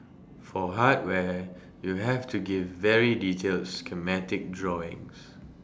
for hardware you have to give very detailed schematic drawings